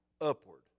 upward